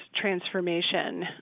transformation